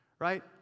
right